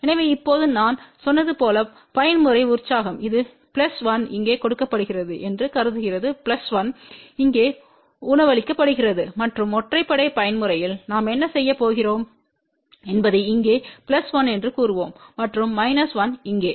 எனவே இப்போது நான் சொன்னது போல பயன்முறை உற்சாகம் இது பிளஸ் 1 இங்கே கொடுக்கப்படுகிறது என்று கருதுகிறது பிளஸ் 1 இங்கே உணவளிக்கப்படுகிறது மற்றும் ஒற்றைப்படை பயன்முறையில் நாம் என்ன செய்யப் போகிறோம் என்பதை இங்கே பிளஸ் 1 என்று கூறுவோம் மற்றும் மைனஸ் 1 இங்கே